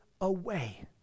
away